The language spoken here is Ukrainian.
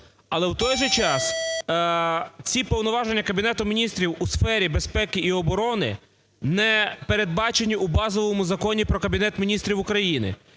Але в той же час ці повноваження Кабінету Міністрів у сфері безпеки і оборони не передбачені у базовому Законі "Про Кабінет Міністрів України".